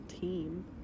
team